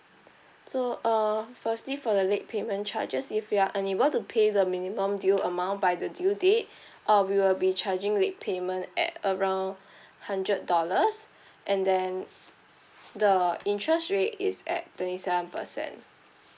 so uh firstly for the late payment charges if you are unable to pay the minimum due amount by the due date uh we will be charging late payment at around hundred dollars and then the interest rate is at twenty seven percent